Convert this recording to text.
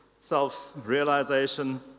self-realization